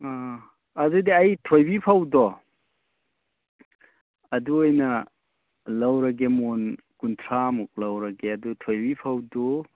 ꯑꯥ ꯑꯗꯨꯗꯤ ꯑꯩ ꯊꯣꯏꯕꯤ ꯐꯧꯗꯣ ꯑꯗꯨ ꯑꯣꯏꯅ ꯂꯧꯔꯒꯦ ꯃꯣꯟ ꯀꯨꯟꯊ꯭ꯔꯥꯃꯨꯛ ꯂꯧꯔꯒꯦ ꯑꯗꯨ ꯊꯣꯏꯕꯤ ꯐꯧꯗꯨ